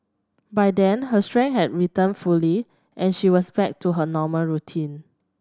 by then her strength had returned fully and she was back to her normal routine